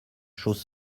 chose